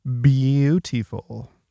Beautiful